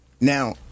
Now